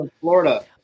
florida